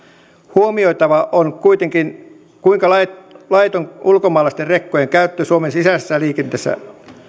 huomioitavaa on kuitenkin kuinka laiton ulkomaalaisten rekkojen käyttö suomen sisäisessä liikenteessä